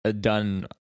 done